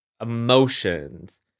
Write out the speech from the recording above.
emotions